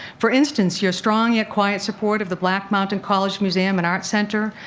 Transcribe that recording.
for instance, your strong yet quiet support of the black mountain college museum and arts center,